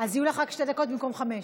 אז יהיו לך רק שתי דקות במקום חמש.